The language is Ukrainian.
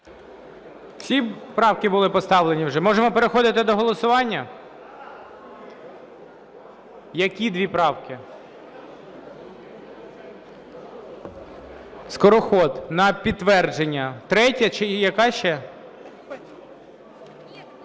Всі правки були поставлені вже? Можемо переходити до голосування? Які дві правки? Скороход на підтвердження. 3-я і яка ще?